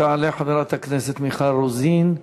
תעלה חברת הכנסת מיכל רוזין,